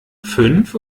fünf